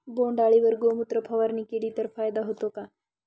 बोंडअळीवर गोमूत्र फवारणी केली तर फायदा होतो का?